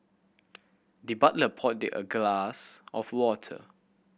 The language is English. the butler poured the a glass of water